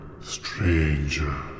stranger